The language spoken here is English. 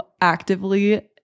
actively